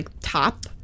top